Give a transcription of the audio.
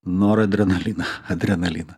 noradrenaliną adrenaliną